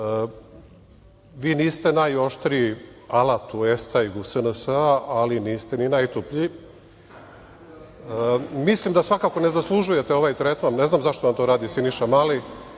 Vi niste najoštriji alat u escajgu SNS, ali niste ni najtuplji. Mislim da svakako ne zaslužujete ovaj tretman i ne znam zašto vam to radi Siniša Mali.